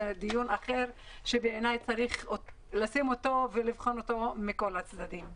זה דיון אחר שבעיניי צריך לשים אותו ולבחון אותו מכל הצדדים.